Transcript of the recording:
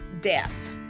Death